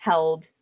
held